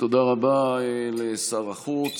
תודה רבה לשר החוץ.